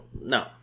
no